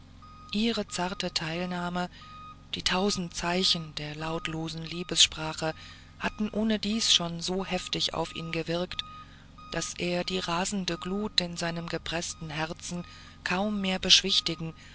ihre zarte stille teilnahme die tausend zeichen der lautlosen liebessprache hatten ohnedies schon so heftig auf ihn gewirkt daß er die rasende glut in seinem gepreßten herzen kaum mehr beschwichtigen